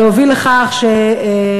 להוביל לכך שהם,